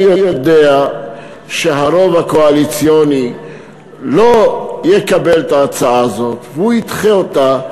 אני יודע שהרוב הקואליציוני לא יקבל את ההצעה הזאת וידחה אותה,